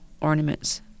ornaments